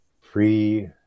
Free